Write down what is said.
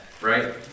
right